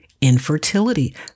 infertility